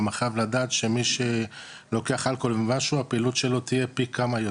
כלומר חייב לדעת שמי שלוקח אלכוהול ומשהו הפעילות שלו תהיה פי כמה יותר,